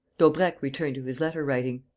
daubrecq returned to his letter-writing.